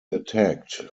attacked